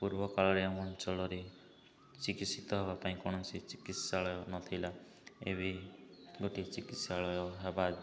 ପୂର୍ବକାଳରେ ଆମ ଅଞ୍ଚଳରେ ଚିକିତ୍ସିତ ହେବା ପାଇଁ କୌଣସି ଚିକିତ୍ସାଳୟ ନଥିଲା ଏବେ ଗୋଟିଏ ଚିକିତ୍ସାଳୟ ହେବା